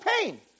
pain